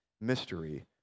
mystery